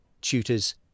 tutors